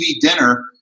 dinner